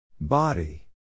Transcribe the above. Body